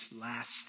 last